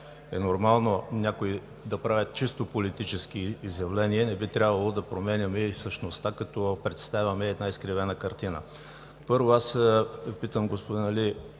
е нормално някои да правят чисто политически изявления, не би трябвало да променяме същността, като представяме една изкривена картина. Първо, питам господин Али: